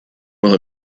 will